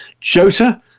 Jota